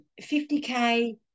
50K